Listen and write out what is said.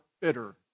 bitter